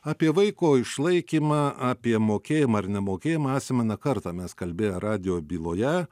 apie vaiko išlaikymą apie mokėjimą ar nemokėjimą esame ne kartą mes kalbėję radijo byloje